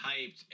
hyped